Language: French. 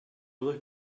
vrai